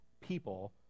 people